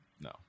no